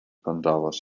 pandavas